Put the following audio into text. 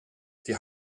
die